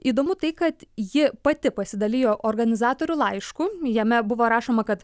įdomu tai kad ji pati pasidalijo organizatorių laišku jame buvo rašoma kad